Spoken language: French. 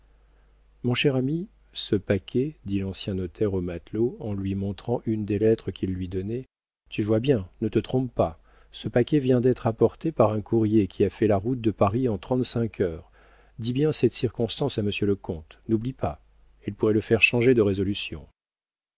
mon cher ami ce paquet dit l'ancien notaire au matelot en lui montrant une des lettres qu'il lui donnait tu vois bien ne te trompe pas ce paquet vient d'être apporté par un courrier qui a fait la route de paris en trente-cinq heures dis bien cette circonstance à monsieur le comte n'oublie pas elle pourrait le faire changer de résolution